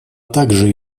также